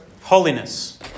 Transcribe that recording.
holiness